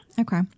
okay